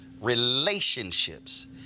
relationships